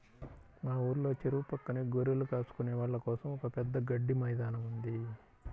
మా ఊర్లో చెరువు పక్కనే గొర్రెలు కాచుకునే వాళ్ళ కోసం ఒక పెద్ద గడ్డి మైదానం ఉంది